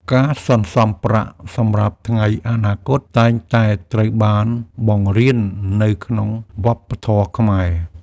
ការសន្សំប្រាក់សម្រាប់ថ្ងៃអនាគត តែងតែត្រូវបានបង្រៀននៅក្នុងវប្បធម៌ខ្មែរ។